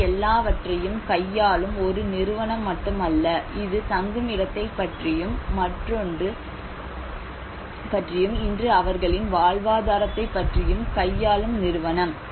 இது எல்லாவற்றையும் கையாளும் ஒரு நிறுவனம் மட்டுமல்ல இது தங்குமிடத்தை பற்றியும் மற்றொன்று முருகன் பற்றியும் இன்று அவர்களின் வாழ்வாதாரத்தை பற்றியும் கையாளும் நிறுவனம்